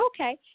Okay